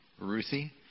Ruthie